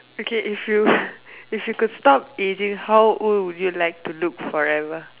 okay if you if you could stop aging how old would you like to look forever